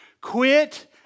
quit